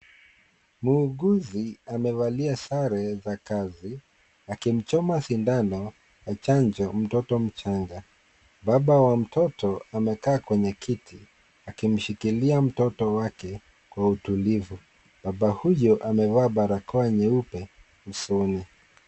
Muuguzi amevalia sare za kazi akimchoma shindano ya chanjo mtoto mchanga. Baba wa mtoto amekaa kwenye kiti akimshikilia mtoto wake kwa utulivu. Baba huyo amevaa barakoa nyeupe usoni.